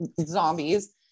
zombies